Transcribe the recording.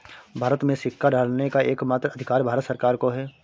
भारत में सिक्का ढालने का एकमात्र अधिकार भारत सरकार को है